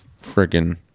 freaking